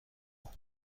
you